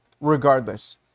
regardless